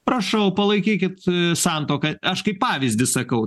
prašau palaikykit santuoką aš kaip pavyzdį sakau